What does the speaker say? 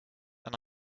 and